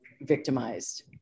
victimized